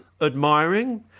Admiring